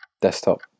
Desktop